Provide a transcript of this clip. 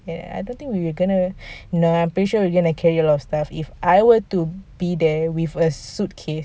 and I don't think we are going to no I'm pretty sure we're going to carry a lot of stuff if I were to be there with a suitcase